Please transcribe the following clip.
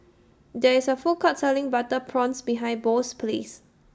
There IS A Food Court Selling Butter Prawns behind Bo's House